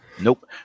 Nope